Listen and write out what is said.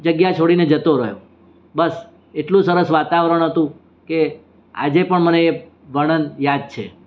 જગ્યા છોડીને જતો રહ્યો બસ એટલું સરસ વાતાવરણ હતું કે આજે પણ મને એ વર્ણન યાદ છે